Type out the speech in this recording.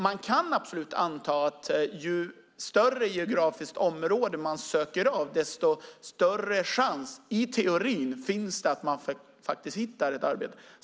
Man kan absolut anta att ju större geografiskt område man söker av, desto större chans - i teorin - finns det att man faktiskt hittar ett arbete.